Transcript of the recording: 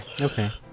Okay